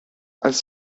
als